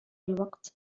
الوقت